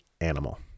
animal